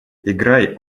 играй